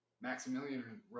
Maximilian